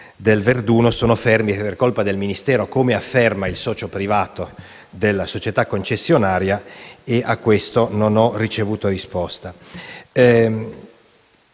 di Verduno sono fermi per colpa del Ministero - come afferma il socio privato della società concessionaria - e a questo non è stata data risposta.